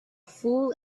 fool